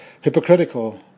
hypocritical